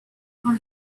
ухаан